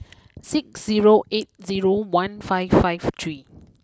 six zero eight zero one five five three